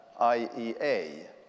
IEA